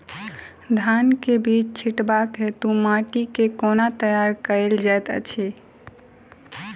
धान केँ बीज छिटबाक हेतु माटि केँ कोना तैयार कएल जाइत अछि?